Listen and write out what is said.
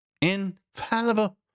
infallible